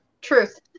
Truth